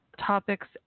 topics